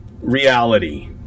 reality